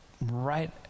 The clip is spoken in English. right